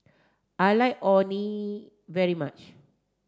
I like Orh Nee very much